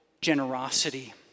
generosity